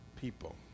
people